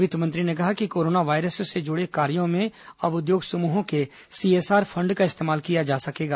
वित्तमंत्री ने कहा कि कोरोना वायरस से जुड़े कार्यों में अब उद्योग समूहों के सीएसआर फंड का इस्तेमाल किया जा सकेगा